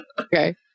Okay